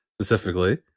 specifically